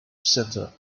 center